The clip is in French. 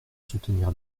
soutenir